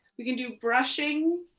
we can do brushing,